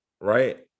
right